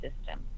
system